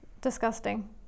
disgusting